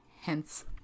Hence